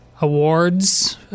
awards